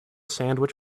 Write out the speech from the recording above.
sandwich